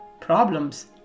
problems